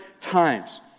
times